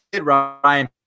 Ryan